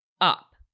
up